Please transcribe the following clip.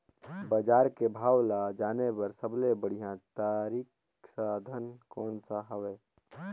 बजार के भाव ला जाने बार सबले बढ़िया तारिक साधन कोन सा हवय?